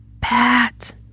Pat